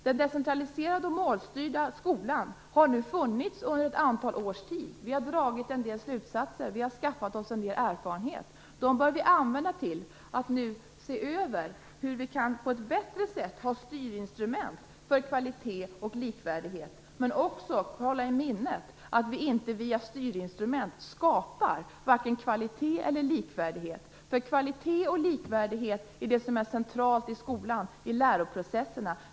Den decentraliserade och målstyrda skolan har nu funnits under ett antal års tid. Vi har dragit en del slutsatser och skaffat oss en del erfarenhet. De bör vi använda till att nu se över hur vi kan på ett bättre sätt ha styrinstrument för kvalitet och likvärdighet. Men vi bör också hålla i minnet att vi inte via styrinstrument skapar vare sig kvalitet eller likvärdighet. Kvalitet och likvärdighet är det centrala i skolans läroprocesser.